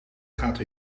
gaat